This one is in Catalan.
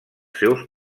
seus